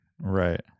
Right